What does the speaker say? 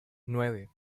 nueve